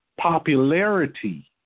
popularity